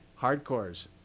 Hardcores